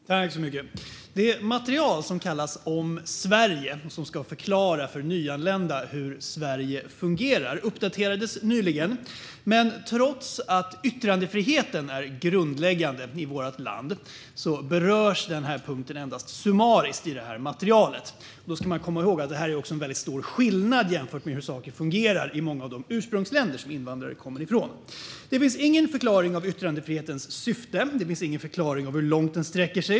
Herr talman! Det material som kallas Om Sverige och som ska förklara för nyanlända hur Sverige fungerar uppdaterades nyligen. Men trots att yttrandefriheten är grundläggande i vårt land berörs den punkten endast summariskt i materialet. Då ska man komma ihåg att det är en väldigt stor skillnad jämfört med hur saker fungerar i många av de ursprungsländer som invandrare kommer ifrån. Det finns ingen förklaring av yttrandefrihetens syfte. Det finns ingen förklaring av hur långt den sträcker sig.